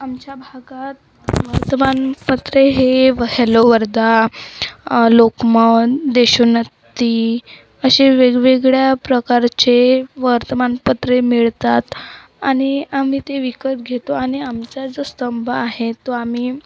आमच्या भागात वर्तमानपत्रे हे हॅलो वर्धा लोकमत देशोन्नती असे वेगवेगळ्या प्रकारचे वर्तमानपत्रे मिळतात आणि आम्ही ते विकत घेतो आणि आमचा जो स्तंभ आहे तो आम्ही